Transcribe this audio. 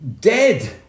dead